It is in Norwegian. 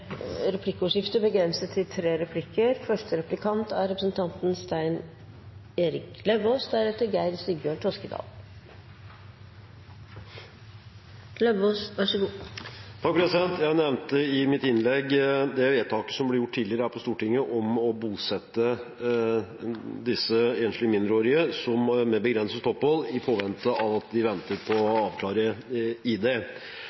replikkordskifte. Jeg nevnte i mitt innlegg det vedtaket som ble gjort tidligere her på Stortinget, om å bosette de enslige mindreårige med begrenset opphold i påvente av at man venter på å avklare ID. Da vil jeg bare spørre statsråden: Hva er status nå for den gruppen? Er de bosatt? Om ikke: Hvor mange gjenstår det å bosette? Og i